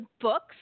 books